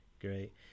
great